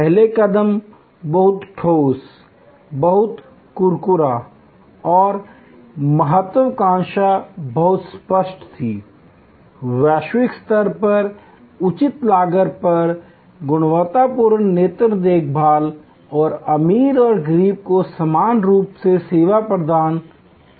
पहला कदम बहुत ठोस बहुत कुरकुरा और महत्वाकांक्षा बहुत स्पष्ट थी वैश्विक स्तर पर उचित लागत पर गुणवत्तापूर्ण नेत्र देखभाल और अमीर और गरीब को समान रूप से सेवा प्रदान करती है